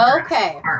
okay